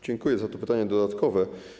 Dziękuję za to pytanie dodatkowe.